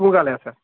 பூங்காலயா sir